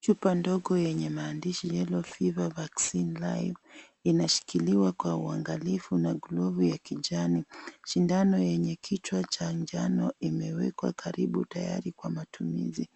Chupa ndogo yenye maandishi yellow fever vaccine live inashikiliwa kwa uangalifu na glovu ya kijani , sindano yenye kichwa cha njano imewekwa karibu tayari kwa matumizi ,